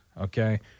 okay